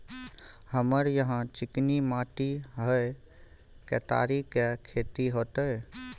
हमरा यहाँ चिकनी माटी हय केतारी के खेती होते?